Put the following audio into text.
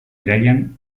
irailean